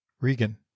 Regan